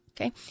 Okay